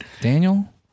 daniel